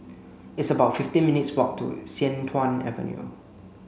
it's about fifteen minutes' walk to Sian Tuan Avenue